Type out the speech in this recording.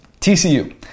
TCU